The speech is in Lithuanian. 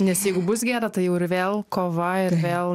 nes jeigu bus gėda tai jau ir vėl kova ir vėl